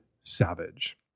SAVAGE